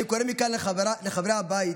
אני קורא מכאן לחברי הבית: